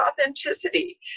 authenticity